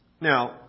Now